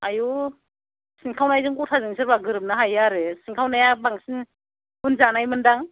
आइयौ सिनखावनायजों गथाजों सोरबा गोरोबनो हायो आरो सिनखावनाया बांसिन गुन जानायमोन दां